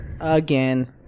again